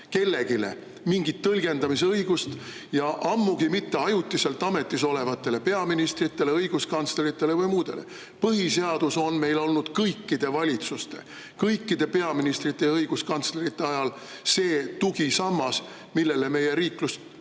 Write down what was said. kellelegi mitte mingit tõlgendamise õigust, ja ammugi mitte ajutiselt ametis olevatele peaministritele, õiguskantsleritele või muudele [sellistele inimestele]. Põhiseadus on meil olnud kõikide valitsuste, peaministrite ja õiguskantslerite ajal see tugisammas, mille peal meie riiklus